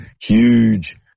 huge